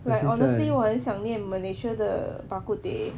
like honestly 我很想念 malaysia 的 bak kut teh